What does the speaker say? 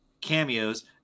cameos